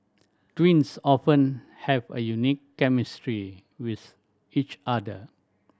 twins often have a unique chemistry with each other